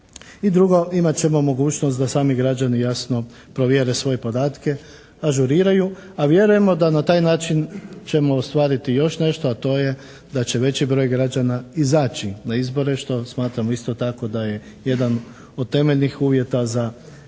I drugo, imat ćemo mogućnost da sami građani jasno provjere svoje podatke, ažuriraju a vjerujemo da na taj način ćemo ostvariti još nešto, a to je da će veći broj građana izaći na izbore što smatramo isto tako da je jedan od temeljnih uvjeta za